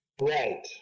Right